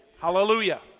Hallelujah